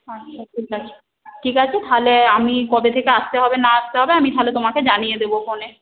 আচ্ছা ঠিক আছে ঠিক আছে তাহলে আমি কবে থেকে আসতে হবে না আসতে হবে আমি তাহলে তোমাকে জানিয়ে দেব ফোনে